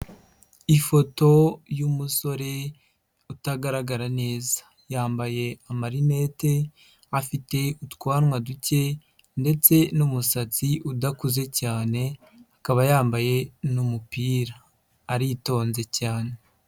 Ifoto y'umusore, utagaragara neza. Yambaye amarinete, afite utwanwa duke ndetse n'umusatsi udakuze cyane, akaba yambaye n'umupira. Aritonze cyane.